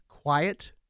quiet